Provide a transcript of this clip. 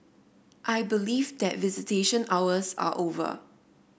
I believe that visitation hours are over